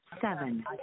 seven